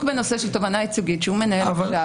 בנושא של תובענה ייצוגית שהוא מנהל עכשיו,